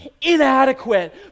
inadequate